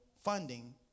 funding